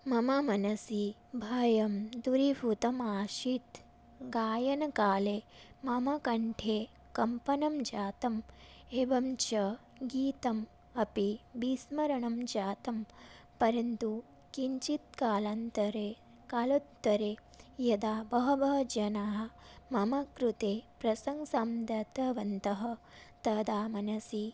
मम मनसि भयं दूरीभूतम् आसीत् गायनकाले मम कण्ठे कम्पनं जातम् एवं च गीतम् अपि विस्मरणं जातं परन्तु किञ्चित्कालान्तरे कालोत्तरे यदा बहवः जनाः मम कृते प्रसंसा दत्तवन्तः तदा मनसि